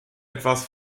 etwas